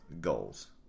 goals